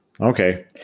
Okay